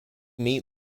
meet